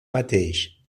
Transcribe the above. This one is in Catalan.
mateix